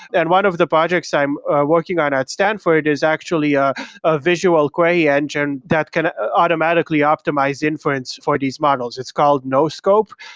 and one of the projects i'm working on at stanford is actually a ah visual query engine that can automatically optimize inference for these models. it's called no scope,